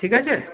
ঠিক আছে